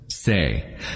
Say